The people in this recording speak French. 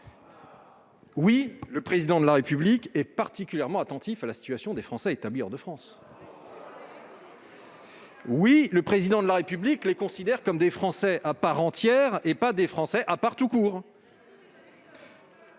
oui, le Président de la République est particulièrement attentif à la situation des Français établis hors de France ! Oui, le Président de la République les considère comme des Français à part entière, et non comme des Français à part tout court.